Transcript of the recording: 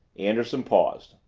anderson paused.